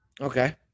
Okay